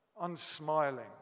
unsmiling